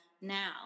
now